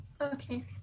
Okay